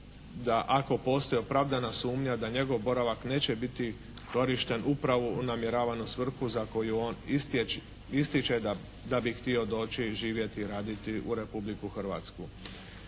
da ako postoji opravdana sumnja da njegov boravak neće biti korišten upravo u namjeravanu svrhu za koju on ističe da bi htio doći, živjeti i raditi u Republiku Hrvatsku.